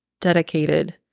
dedicated